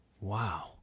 Wow